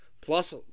Plus